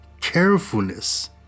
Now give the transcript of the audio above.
carefulness